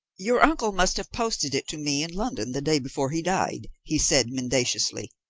your uncle must have posted it to me in london the day before he died, he said mendaciously.